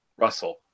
russell